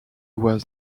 was